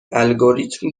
الگوریتم